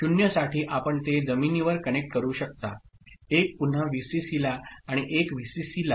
0 साठी आपण ते जमिनीवर कनेक्ट करू शकता 1 पुन्हा व्हीसीसीला आणि एक व्हीसीसीला